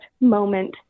moment